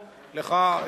לך,